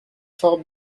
fort